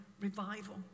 revival